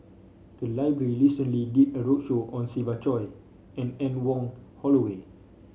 the library recently did a roadshow on Siva Choy and Anne Wong Holloway